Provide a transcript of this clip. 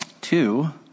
two